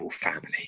family